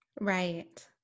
Right